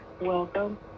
welcome